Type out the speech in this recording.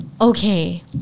okay